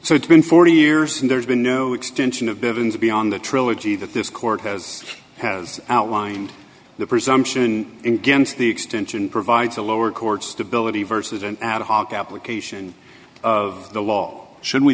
so it's been forty years and there's been no extension of billions beyond the trilogy that this court has has outlined the presumption against the extension provides a lower court stability versus an ad hoc application of the law should we